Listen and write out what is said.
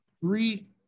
three